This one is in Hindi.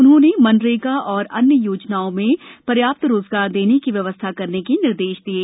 उन्होंने मनरेगा तथा अन्य योजनाओं में पर्याप्त रोजगार देने की व्यवस्था करने के निर्देश दिये